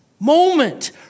Moment